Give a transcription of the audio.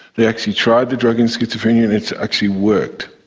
they actually tried the drug in schizophrenia and it's actually worked.